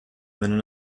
than